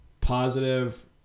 positive